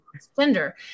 splendor